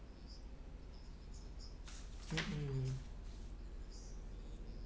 mm mm